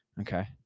Okay